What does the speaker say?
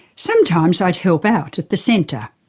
sometimes i'd help out at the centre.